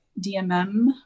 DMM